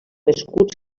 escuts